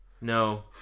no